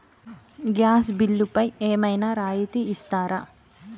Gas బిల్లుపై ఏమైనా రాయితీ ఇస్తారా?